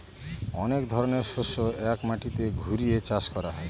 অনেক ধরনের শস্য এক মাটিতে ঘুরিয়ে চাষ করা হয়